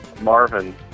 Marvin